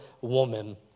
woman